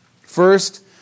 First